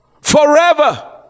forever